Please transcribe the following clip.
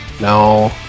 no